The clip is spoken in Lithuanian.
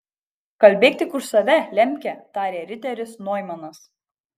kalbėk tik už save lemke tarė riteris noimanas